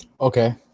Okay